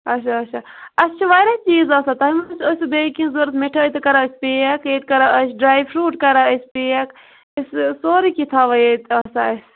اچھا اچھا اسہِ چھُ واریاہ چیٖز آسان تۄہہِ ما اوسوٕ بیٚیہٕ کینہہ ضوٚرتھ مِٹھٲے تہِ کران أسۍ پیک ییٚتہِ کران أسۍ ڈراے فروٗٹ کران أسۍ پیک أسۍ چھِ سورُے کینٛہہ تھاوان ییٚتہِ آسان اسہِ